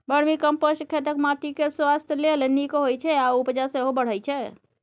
vermicompost खेतक माटि केर स्वास्थ्य लेल नीक होइ छै आ उपजा सेहो बढ़य छै